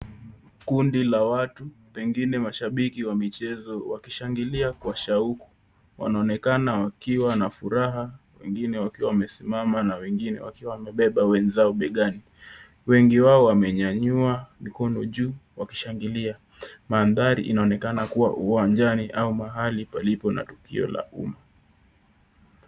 Kundi la watu pengine mashabiki wa michezo wakishangilia kwa shauku. Wanaonekana wakiwa na furaha wengine wakiwa wamesimama na wengine wakiwa wamebeba wenzao bengani. Wengi wao wamenyanyua mikono juu wakishangilia. Mandhari inaonekana kuwa uwanjani au mahali panapotokea tukio la umma.